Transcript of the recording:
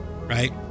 right